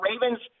Ravens